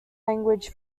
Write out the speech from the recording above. language